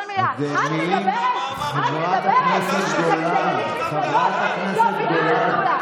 אני עומדת מאחורי כל מילה, כל מילה.